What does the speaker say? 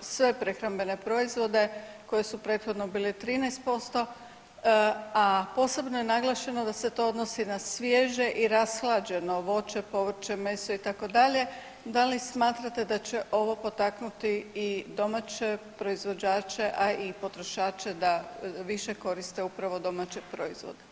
sve prehrambene proizvode koji su prethodno bili 13%, a posebno je naglašeno da se to odnosi na svježe voće, povrće, meso itd., da li smatrate da će ovo potaknuti i domaće proizvođače a i potrošače da više koriste upravo domaće proizvode?